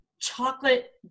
chocolate